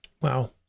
Wow